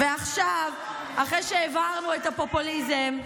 ועכשיו, אחרי שהבהרנו את הפופוליזם,